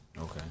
Okay